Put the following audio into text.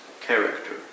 character